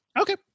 Okay